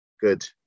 good